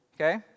okay